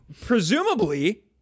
presumably